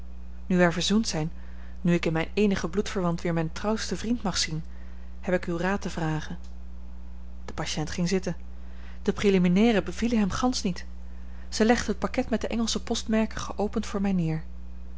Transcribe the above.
nu wij verzoend zijn nu ik in mijn eenigen bloedverwant weer mijn trouwsten vriend mag zien heb ik uw raad te vragen de patiënt ging zitten de preliminairen bevielen hem gansch niet zij legde het pakket met de engelsche postmerken geopend voor mij